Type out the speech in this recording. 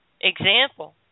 example